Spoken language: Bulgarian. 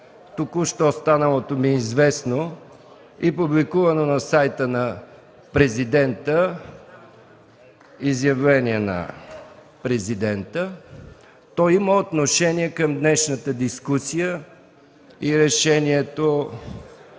току-що станалото ми известно и публикувано на сайта на президента изявление на президента. То има отношение към днешната дискусия и Решението